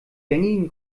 gängigen